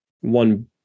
one